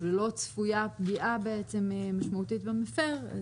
לא צפויה פגיעה משמעותית במפר.